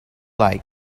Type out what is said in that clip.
like